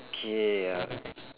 okay uh